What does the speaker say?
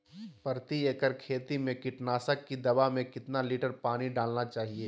प्रति एकड़ खेती में कीटनाशक की दवा में कितना लीटर पानी डालना चाइए?